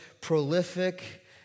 prolific